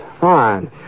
fine